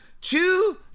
two